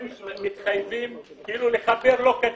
הם מתחייבים כאילו לחבר לא כדין,